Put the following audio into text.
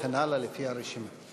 וכן הלאה לפי הרשימה.